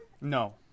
no